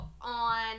on